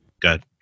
Good